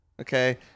Okay